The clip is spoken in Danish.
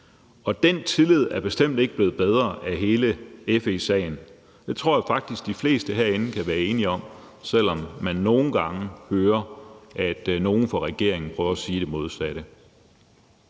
Den tillid er bestemt ikke blevet bedre af hele FE-sagen. Det tror jeg faktisk de fleste herinde kan være enige om, selv om man nogle gange hører, at nogle fra regeringen prøver at sige det modsatte.